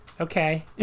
Okay